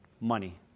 money